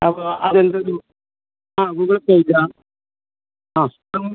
അപ്പോൾ അതെന്തൊരു ആ ഗൂഗിൾ പേ ഇല്ല ആ